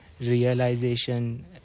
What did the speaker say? realization